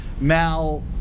Mal